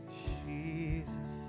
jesus